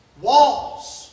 Walls